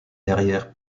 derrière